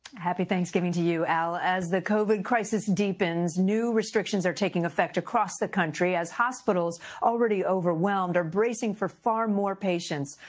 happy thanksgiving to you, al. as the covid crisis deepens new restrictions are taking affect across the country as hospitals already overwhelmed are bracing for far more patients.